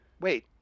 wait